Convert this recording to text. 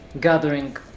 gathering